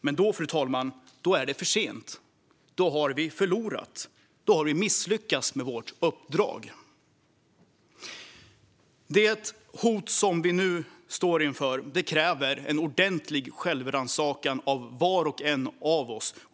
Men då, fru talman, är det för sent. Då har vi förlorat. Då har vi misslyckats med vårt uppdrag. Det hot som vi nu står inför kräver en ordentlig självrannsakan av var och en av oss.